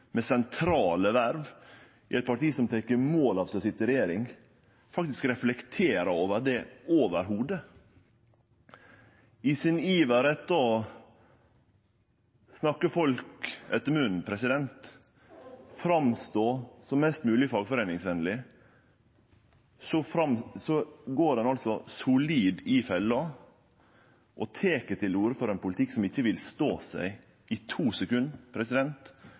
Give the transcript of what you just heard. med sentrale verv i eit parti som tek mål av seg til å sitje i regjering, faktisk ikkje reflekterer over det i det heile. I iveren etter å snakke folk etter munnen og framstå som mest mogleg fagforeiningsvenleg går han solid i fella og tek til orde for ein politikk som ikkje ville stå seg i to sekund